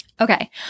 Okay